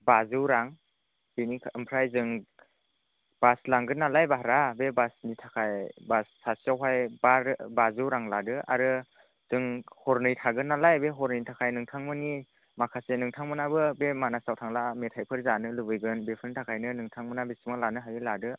बाजौ रां बेनिफ्राइ ओमफ्राय जों बास लांगोन नालाय भारा बे बासनि थाखाय बास सासेआव हाय बाजौ रां लादो आरो जों हरनै थागोन नालाय बे हरनैनि थाखाय नोंथांमोननि माखासे नोंथांमोनहाबो बे मानासाव थांला मेथाइफोर जानो लुबैगोन बेफोरनि थाखायनो नोंथांमोनहा बेसिबां लानो हायो लादो